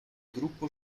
gruppo